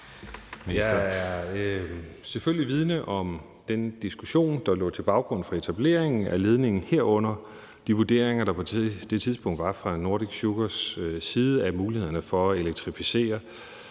er selvfølgelig vidende om den diskussion, der lå til grund for etablering af ledningen, herunder de vurderinger, der på det tidspunkt var fra Nordic Sugars side af mulighederne for at elektrificere